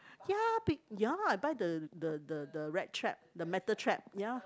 ya big ya I buy the the the the rat trap the metal trap ya